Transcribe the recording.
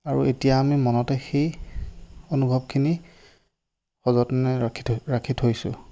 আৰু এতিয়া আমি মনতে সেই অনুভৱখিনি সযতনে ৰাখি থৈছোঁ